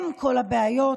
אם כל הבעיות.